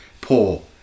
Poor